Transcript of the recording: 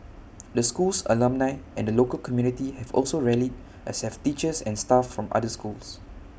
the school's alumni and the local community have also rallied as have teachers and staff from other schools